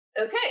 Okay